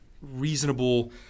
reasonable